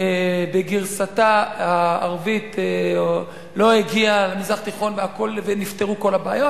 בגרסתה הערבית למזרח התיכון ונפתרו כל הבעיות.